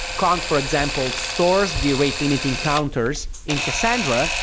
kong, for example, stores the rate limiting counters in cassandra,